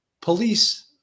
police